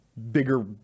bigger